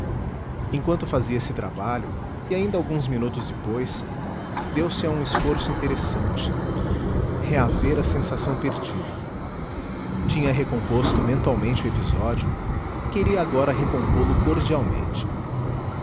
enquanto fazia esse trabalho e ainda alguns minutos depois deu-se a um esforço interessante reaver a sensação perdida tinha recomposto mentalmente o episódio queria agora recompô lo cordialmente